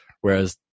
Whereas